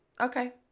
okay